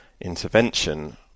intervention